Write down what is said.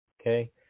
Okay